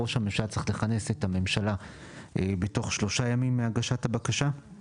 ראש הממשלה צריך לכנס את הממשלה בתוך שלושה ימים מהגשת הבקשה,